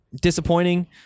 Disappointing